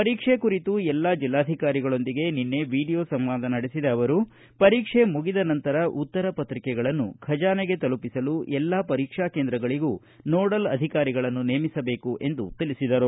ಪರೀಕ್ಷೆ ಕುರಿತು ಎಲ್ಲಾ ಜಿಲ್ಲಾಧಿಕಾರಿಗಳೊಂದಿಗೆ ನಿನ್ನೆ ವೀಡಿಯೋ ಸಂವಾದ ನಡೆಸಿದ ಅವರು ಪರೀಕ್ಷೆ ಮುಗಿದ ನಂತರ ಉತ್ತರ ಪತ್ರಿಕೆಗಳನ್ನು ಖಜಾನೆಗೆ ತಲುಪಿಸಲು ಎಲ್ಲಾ ಪರೀಕ್ಷಾ ಕೇಂದ್ರಗಳಿಗೂ ನೋಡಲ್ ಅಧಿಕಾರಿಗಳನ್ನು ನೇಮಿಸಬೇಕು ಎಂದು ತಿಳಿಸಿದರು